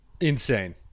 Insane